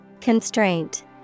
Constraint